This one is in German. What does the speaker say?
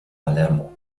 palermo